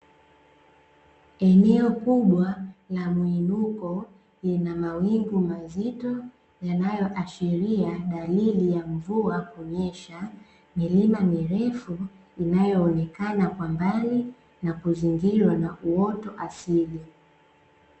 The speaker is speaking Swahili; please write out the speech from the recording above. Eneo kubwa la mwinuko lina mawingu mazito yanayoashiria dalili ya mvua kunyesha milima mirefu inayoonekana kwa mbali na kuzingirwa na uoto asili.